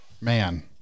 man